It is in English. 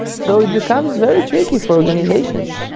so it becomes very tricky for organizations.